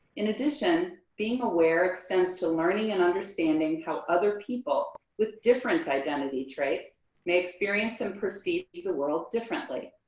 in addition, being aware extends to learning and understanding how other people with different identity traits may experience and perceive the the world differently.